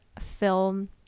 film